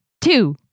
two